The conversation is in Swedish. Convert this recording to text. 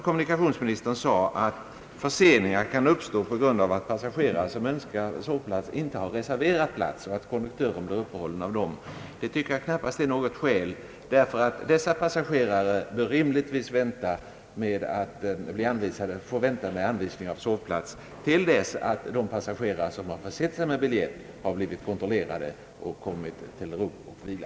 Kommunikationsministern sade till sist att förseningar kan uppstå på grund av att konduktören blir uppehållen av att passagerare som önskar sovplats inte har reserverat plats. Detta är dock knappast något godtagbart skäl. Dessa passagerare bör kunna vänta på ait bli anvisade sovplatser till dess de passagererare som i vederbörlig ordning har försett sig med biljett blivit kontrollerade och kommit till ro och vila.